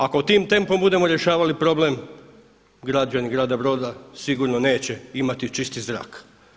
Ako tim tempom budemo rješavali problem građani grada Broda sigurno neće imati čisti zrak.